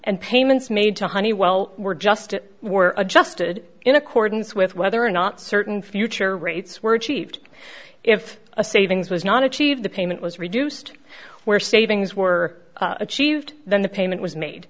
and payments made to honeywell were just it were adjusted in accordance with whether or not certain future rates were cheap if a savings was not achieved the payment was reduced where savings were achieved then the payment was made